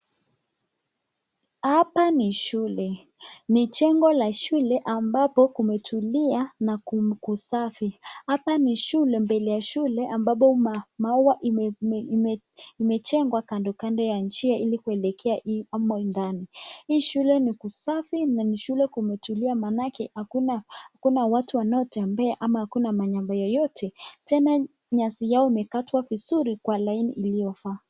Hapa ni shule ni jengo la shule ambapo kumetulia na ni kusafi. Hapa ni shule mbele ya shule ambabo maua imejengwa kando kando ya njia ili kuelekea humo ndani. Hii shule ni kusafi na ni shule kumetulia manake hakuna watu wanaotembea ama hakuna mambo yoyote tena nyasi yao imekatwa vizuri kwa laini iliyofaa.